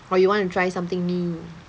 or you want to try something new